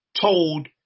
told